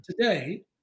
Today